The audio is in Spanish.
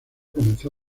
comenzó